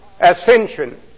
Ascension